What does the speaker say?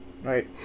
Right